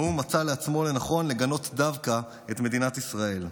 האו"ם מצא לעצמו לנכון לגנות דווקא את מדינת ישראל.